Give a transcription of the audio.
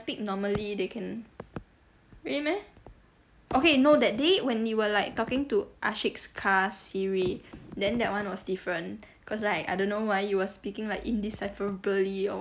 speak normally they can really meh okay no that day when you were like talking to ashiq's car siri then that one was different cause like I don't know why you were speaking like indecipherably or